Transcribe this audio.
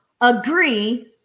agree